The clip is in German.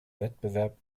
wettbewerb